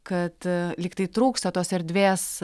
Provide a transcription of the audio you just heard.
kad lyg tai trūksta tos erdvės